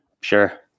Sure